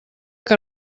que